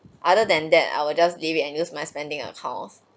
other than that I will just leave it and use my spending account